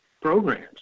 programs